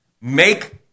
Make